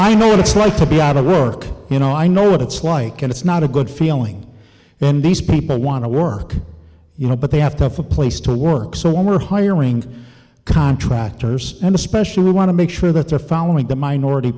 it's like to be out of work you know i know what it's like and it's not a good feeling when these people want to work you know but they have to have a place to work so women are hiring contractors and especially we want to make sure that they're following the minority